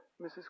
Mrs